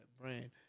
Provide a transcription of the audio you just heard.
brand